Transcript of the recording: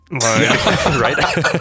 right